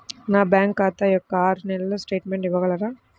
నా బ్యాంకు ఖాతా యొక్క ఆరు నెలల స్టేట్మెంట్ ఇవ్వగలరా?